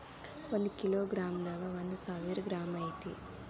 ಒಂದ kilogram ದಾಗ ಒಂದ ಸಾವಿರ ಗ್ರಾಂ ಐತಿ